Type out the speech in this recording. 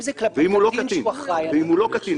אם זה כלפי --- ואם זה בלי התעללות,